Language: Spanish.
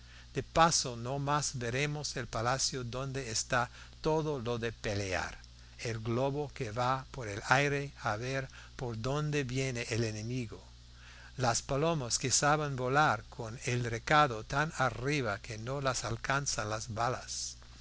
de paso no más veremos el palacio donde está todo lo de pelear el globo que va por el aire a ver por donde viene el enemigo las palomas que saben volar con el recado tan arriba que no las alcanzan las balas